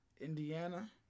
Indiana